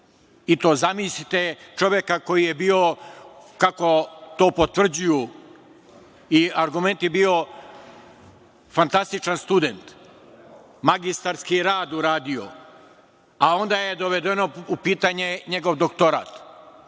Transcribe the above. i to zamislite čoveka koji je bio, kako to potvrđuju argumenti, bio fantastičan studen, magistarski rad uradio, a onda je doveden u pitanje njegov doktorat.